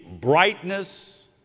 brightness